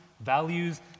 values